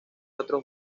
otros